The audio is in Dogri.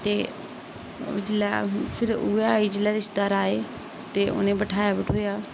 ते ओह् जेल्लै फिर उयै जेल्लै रिश्तदार आए ते उ'नेंगी बठ्हाया बठुहाया